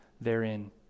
therein